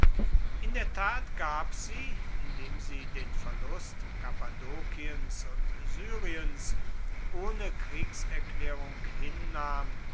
in der tat gab sie indem sie den verlust kappadokiens und syriens ohne kriegserklärung hinnahm